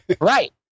Right